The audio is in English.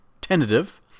Tentative